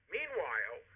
Meanwhile